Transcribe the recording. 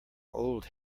old